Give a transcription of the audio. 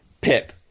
Pip